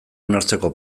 onartzeko